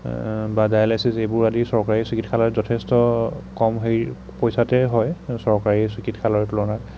বা ডায়েলাইছিচ এইবোৰ আদি চৰকাৰী চিকিৎসালয়ত যথেষ্ট কম হেৰি পইছাতে হয় চৰকাৰী চিকিৎসালয়ৰ তুলনাত